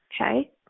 Okay